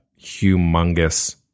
humongous